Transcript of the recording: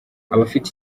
abafite